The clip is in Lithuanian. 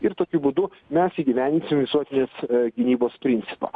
ir tokiu būdu mes įgyvendinsim visuotinės gynybos principą